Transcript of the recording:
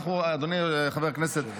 אדוני חבר הכנסת,